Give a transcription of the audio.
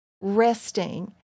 resting